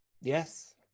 Yes